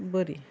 बरी